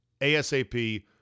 ASAP